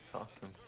awesome.